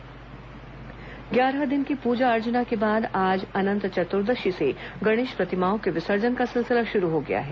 गणेश विसर्जन ग्यारह दिन की पूजा अर्चना के बाद आज अनंत चतुर्दशी से गणेश प्रतिमाओं के विसर्जन का सिलसिला शुरू हो गया है